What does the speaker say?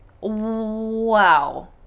wow